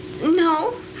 No